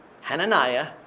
Hananiah